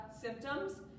symptoms